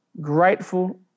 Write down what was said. grateful